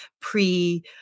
pre